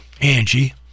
angie